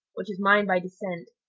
which is mine by descent.